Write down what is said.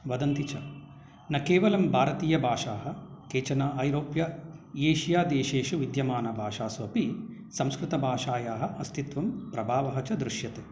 वदन्ति च न केवलं भारतीयभाषाः केचन ऐरोप्य एशिया देशेषु विद्यमाना भाषासु अपि संस्कृतभाषायाः अस्तित्वं प्रभावः च दृश्यते